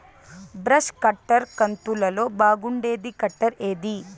Brush cutter కంతులలో బాగుండేది cutter ఏది?